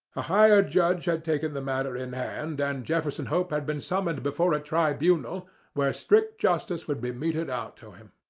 a higher judge had taken the matter in hand, and jefferson hope had been summoned before a tribunal where strict justice would be meted out to him.